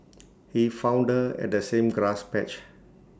he found her at the same grass patch